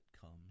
comes